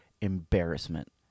embarrassment